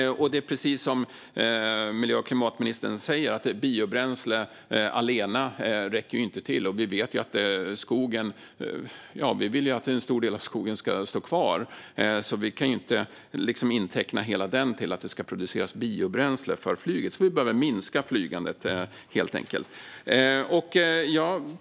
Det är också precis som miljö och klimatministern säger: Biobränsle allena räcker inte till. Vi vill ju också att en stor del av skogen ska stå kvar, så vi kan inte inteckna hela den till att producera biobränsle för flyget. Vi behöver minska flygandet, helt enkelt.